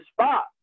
spot